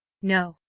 no,